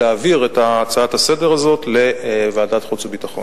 להעביר את ההצעות לסדר-היום לוועדת החוץ והביטחון.